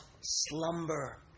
slumber